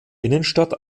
innenstadt